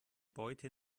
beute